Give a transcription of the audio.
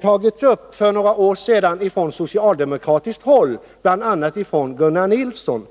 togs upp för några år sedan från socialdemokratiskt håll, bl.a. av Gunnar Nilsson.